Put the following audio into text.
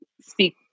speak